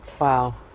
wow